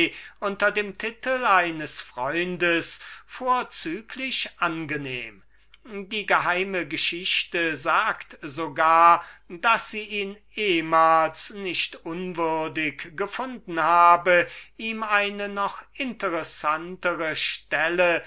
unter dem titel eines freundes vorzüglich angenehm und die geheime geschichte sagt so gar daß sie ihn ehmals nicht unwürdig gefunden ihm eine zeitlang eine noch interessantere stelle